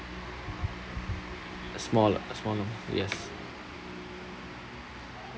a small a small yes